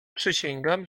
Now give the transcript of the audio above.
przysięgam